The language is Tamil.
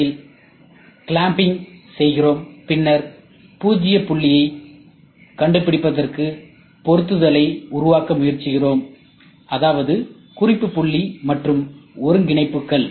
அதில் கிளம்பிங் செய்கிறோம் பின்னர் 0 புள்ளியைக் கண்டுபிடிப்பதற்கு பொருத்துதலை உருவாக்க முயற்சிக்கிறோம் அதாவது குறிப்பு புள்ளி மற்றும் ஒருங்கிணைப்புகள்